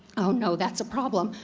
no, that's a problem.